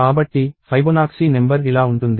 కాబట్టి Fibonacci number ఇలా ఉంటుంది